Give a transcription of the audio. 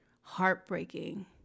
heartbreaking